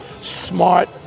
smart